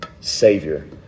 Savior